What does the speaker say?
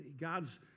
God's